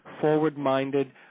forward-minded